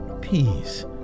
peace